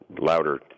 louder